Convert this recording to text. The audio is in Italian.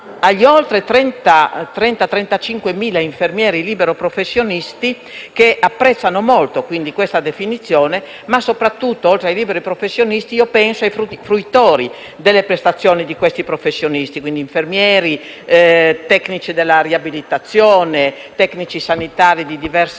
agli oltre 30.000-35.000 infermieri liberi professionisti che apprezzano molto questa definizione; ma soprattutto, oltre ai liberi professionisti, penso ai fruitori delle prestazioni di questi professionisti (infermieri, tecnici della riabilitazione, tecnici sanitari di diversa